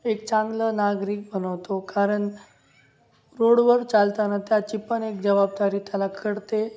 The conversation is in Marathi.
एक चांगलं नागरिक बनवतो कारण रोडवर चालताना त्याची पण एक जबाबदारी त्याला कळते